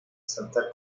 saltar